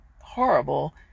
horrible